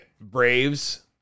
Braves